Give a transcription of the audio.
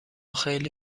خیلی